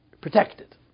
protected